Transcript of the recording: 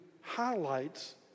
highlights